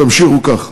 תמשיכו כך.